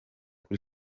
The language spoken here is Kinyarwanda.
kuri